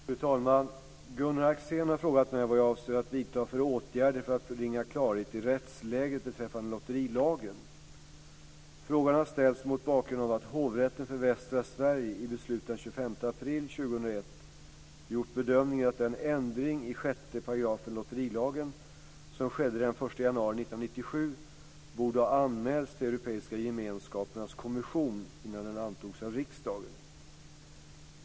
Fru talman! Gunnar Axén har frågat mig vad jag avser att vidta för åtgärder för att bringa klarhet i rättsläget beträffande lotterilagen . Frågan har ställts mot bakgrund av att Hovrätten för Västra Sverige i beslut den 25 april 2001 gjort bedömningen att den ändring i 6 § lotterilagen som skedde den 1 januari 1997 borde ha anmälts till Europeiska gemenskapernas kommission innan den antogs av riksdagen.